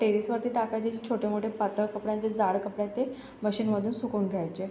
टेरेसवरती टाकायचे जे छोटे मोठे पातळ कपडे आणि जे जाड कपडे आहेत ते मशीनमधून सुकवून घ्यायचे